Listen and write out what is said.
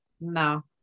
no